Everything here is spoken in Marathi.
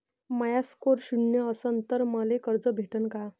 माया स्कोर शून्य असन तर मले कर्ज भेटन का?